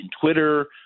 Twitter